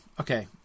okay